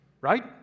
right